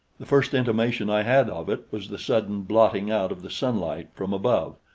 the first intimation i had of it was the sudden blotting out of the sunlight from above,